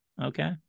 Okay